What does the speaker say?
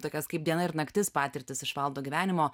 tokias kaip diena ir naktis patirtis iš valdo gyvenimo